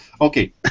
Okay